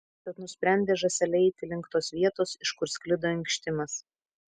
tad nusprendė žąsele eiti link tos vietos iš kur sklido inkštimas